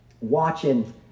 watching